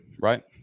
right